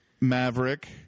Maverick